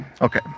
Okay